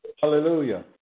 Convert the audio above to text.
Hallelujah